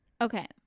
Okay